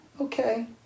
okay